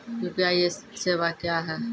UPI सेवा क्या हैं?